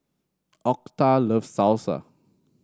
Octa loves Salsa